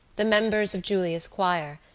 the members of julia's choir,